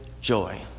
joy